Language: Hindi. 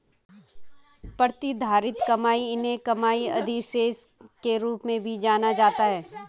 प्रतिधारित कमाई उन्हें कमाई अधिशेष के रूप में भी जाना जाता है